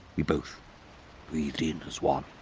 we both breathed in as one.